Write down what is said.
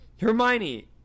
Hermione